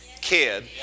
kid